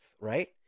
right